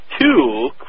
two